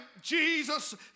Jesus